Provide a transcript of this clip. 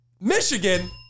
Michigan